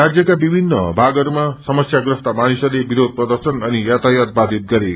राज्यक्र विभिन्न भागहरूमा समस्याप्रस्त मानिसहरूले विरोष प्रर्दशन अनियातायात बाधित गरे